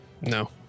No